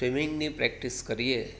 સ્વિમિંગની practice કરીએ